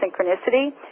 Synchronicity